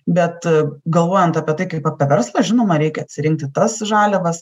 bet galvojant apie tai kaip apie verslą žinoma reikia atsirinkti tas žaliavas